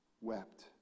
wept